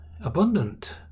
abundant